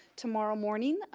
tomorrow morning,